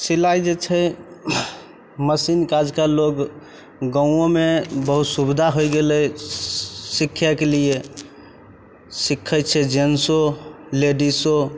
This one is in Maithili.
सिलाइ जे छै मशीनके आजकल लोक गामोमे बहुत सुविधा हो गेलै सिखैके लिए सिखै छै जेन्ट्सो लेडिजो